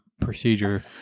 procedure